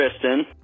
Tristan